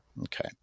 Okay